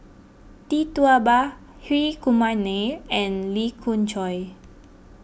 Tee Tua Ba Hri Kumar Nair and Lee Khoon Choy